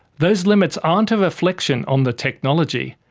those limits aren't a reflection on the technology,